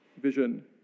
vision